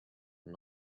and